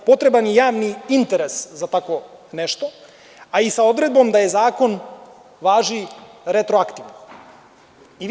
Potreban je javni interes za tako nešto, a i sa odredbom da zakon važi retroaktivno.